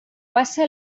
passa